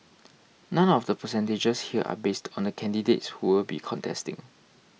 none of the percentages here are based on the candidates who will be contesting